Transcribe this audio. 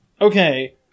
Okay